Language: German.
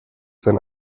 sein